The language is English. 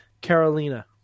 Carolina